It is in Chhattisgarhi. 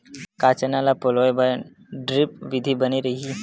का चना ल पलोय बर ड्रिप विधी बने रही?